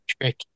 tricky